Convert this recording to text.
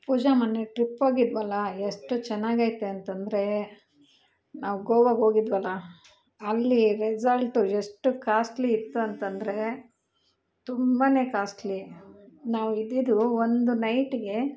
ಪೂಜಾ ಮೊನ್ನೆ ಟ್ರಿಪ್ ಹೋಗಿದ್ವಲ್ಲಾ ಎಷ್ಟು ಚೆನ್ನಾಗೈತೆ ಅಂತಂದರೆ ನಾವು ಗೋವಾಗೆ ಹೋಗಿದ್ವಲ್ಲ ಅಲ್ಲಿ ರೆಸಾಲ್ಟು ಎಷ್ಟು ಕಾಸ್ಟ್ಲಿ ಇತ್ತು ಅಂತಂದರೆ ತುಂಬಾ ಕಾಸ್ಟ್ಲಿ ನಾವು ಇದ್ದಿದು ಒಂದು ನೈಟ್ಗೆ